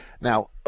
Now